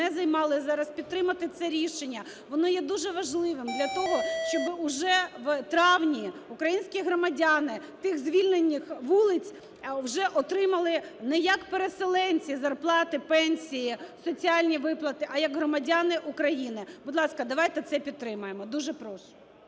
займали зараз, підтримати це рішення. Воно є дуже важливим для того, щоб уже в травні українські громадяни тих звільнених вулиць вже отримали не як переселенці зарплати, пенсії, соціальні виплати, а як громадяни України. Будь ласка, давайте це підтримаємо, дуже прошу.